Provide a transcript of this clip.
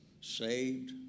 Saved